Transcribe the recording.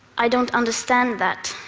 i don't understand that,